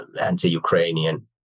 anti-Ukrainian